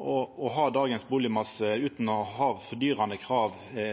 å ha dagens bustadmasse utan å ha fordyrande krav